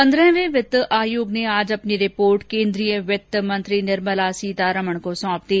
पंद्रहवें वित्त आयोग ने आज अपनी रिपोर्ट केन्द्रीय वित्त मंत्री निर्मला सीतारामन को सौंपी